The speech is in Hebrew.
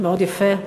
מאוד יפה,